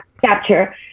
capture